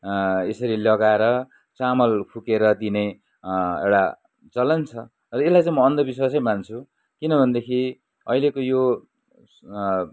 यसरी लगाएर चामल फुकेर दिने एउटा चलन छ र यसलाई चाहिँ म अन्धविश्वासै मान्छु किन भनेदेखि अहेलेको यो